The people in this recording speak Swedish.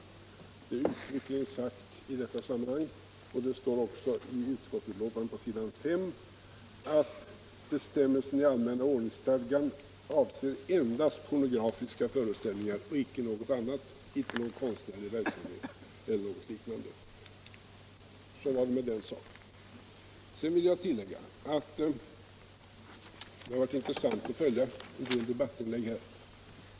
Det är uttryckligen sagt i detta sammanhang, och det står på s. 5 i betänkandet, att bestämmelsen i allmänna ordningsstadgan avser endast pornografiska föreställningar, inte konstnärlig verksamhet eller liknande. Så var det med den saken. Det har varit intressant att följa en del debattinlägg.